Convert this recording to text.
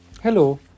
Hello